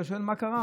אתה שואל: מה קרה?